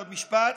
עוד משפט.